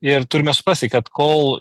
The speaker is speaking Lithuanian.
ir turime suprasti kad kol